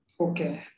Okay